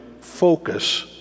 focus